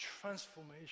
transformation